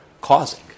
causing